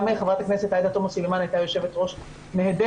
גם חברת הכנסת עאידה תומא סלימאן הייתה יושבת-ראש נהדרת,